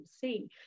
see